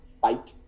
fight